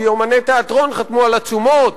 כי אמני תיאטרון חתמו על עצומות